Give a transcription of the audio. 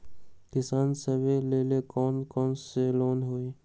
किसान सवे लेल कौन कौन से लोने हई?